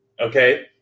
Okay